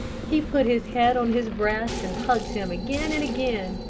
he put his head on his breast and hugged him again and again.